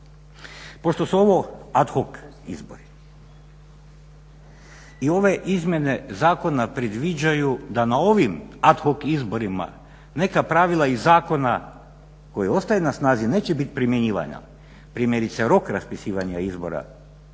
Pošto su ovo ad hoc izbori i ove izmjene zakona predviđaju da na ovim ad hoc izborima neka pravila iz zakona koji ostaje na snazi neće biti primjenjivana, primjerice rok raspisivanja izbora